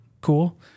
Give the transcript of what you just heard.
cool